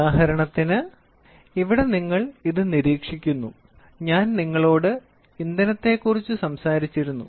ഉദാഹരണത്തിന് ഇവിടെ നിങ്ങൾ ഇത് നിരീക്ഷിക്കുന്നു ഞാൻ നിങ്ങളോട് ഇന്ധനത്തെക്കുറിച്ച് സംസാരിച്ചിരുന്നു